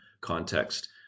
context